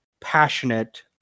passionate